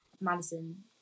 Madison